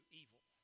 evil